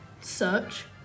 search